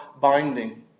binding